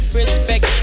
respect